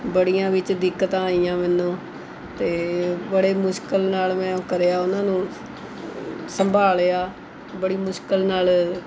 ਬੜੀਆਂ ਵਿੱਚ ਦਿੱਕਤਾਂ ਆਈਆਂ ਮੈਨੂੰ ਅਤੇ ਬੜੇ ਮੁਸ਼ਕਿਲ ਨਾਲ ਮੈਂ ਉਹ ਕਰਿਆ ਉਨ੍ਹਾਂ ਨੂੰ ਸੰਭਾਲਿਆ ਬੜੀ ਮੁਸ਼ਕਿਲ ਨਾਲ